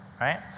right